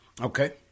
Okay